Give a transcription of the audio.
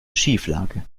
schieflage